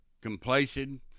complacent